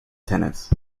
tennis